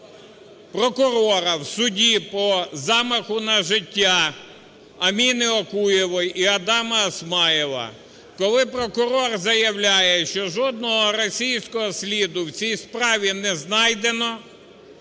прокурора в суді по замаху на життя Аміни Окуєвої і Адама Осмаєва, коли прокурор заявляє, що жодного російського сліду в цій справі не знайдено,